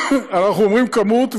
אנחנו אומרים כמות,